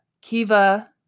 Kiva